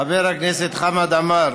חבר הכנסת חמד עמאר,